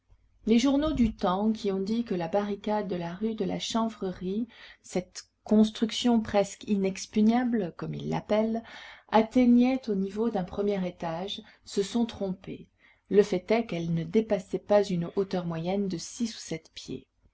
les journaux du temps qui ont dit que la barricade de la rue de la chanvrerie cette construction presque inexpugnable comme ils l'appellent atteignait au niveau d'un premier étage se sont trompés le fait est qu'elle ne dépassait pas une hauteur moyenne de six ou sept pieds